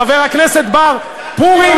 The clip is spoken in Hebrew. חבר הכנסת בר, פורים